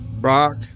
Brock